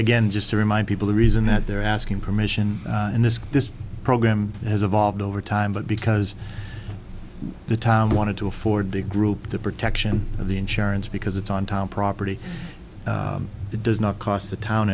again just to remind people the reason that they're asking permission and this this program has evolved over time but because the time wanted to afford the group the protection the insurance because it's on time property it does not cost the town